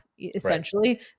essentially